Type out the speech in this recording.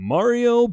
Mario